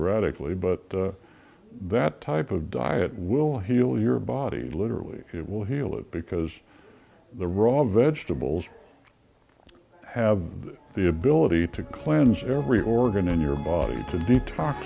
radically but that type of diet will heal your body literally it will heal it because the raw vegetables have the ability to cleanse every organ in your body to